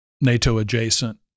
NATO-adjacent